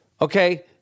Okay